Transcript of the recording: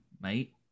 mate